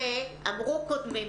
את זה אמרו קודמים.